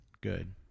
good